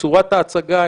תצורת ההצגה,